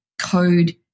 code